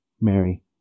Mary